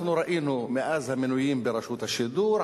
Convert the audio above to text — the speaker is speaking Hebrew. ראינו את זה במינויים ברשות השידור,